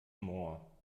moor